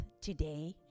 today